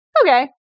Okay